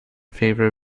favor